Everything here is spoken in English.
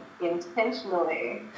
intentionally